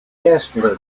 yesterday